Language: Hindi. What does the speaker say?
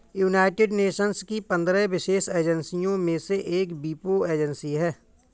यूनाइटेड नेशंस की पंद्रह विशेष एजेंसियों में से एक वीपो एजेंसी है